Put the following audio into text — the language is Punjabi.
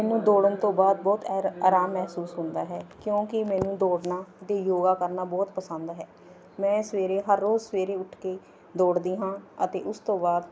ਮੈਨੂੰ ਦੌੜਨ ਤੋਂ ਬਾਅਦ ਬਹੁਤ ਅੇਰ ਆਰਾਮ ਮਹਿਸੂਸ ਹੁੰਦਾ ਹੈ ਕਿਉਂਕਿ ਮੈਨੂੰ ਦੌੜਨਾ ਅਤੇ ਯੋਗਾ ਕਰਨਾ ਬਹੁਤ ਪਸੰਦ ਹੈ ਮੈਂ ਸਵੇਰੇ ਹਰ ਰੋਜ਼ ਸਵੇਰੇ ਉੱਠ ਕੇ ਦੌੜਦੀ ਹਾਂ ਅਤੇ ਉਸ ਤੋਂ ਬਾਅਦ